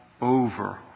over